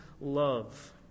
love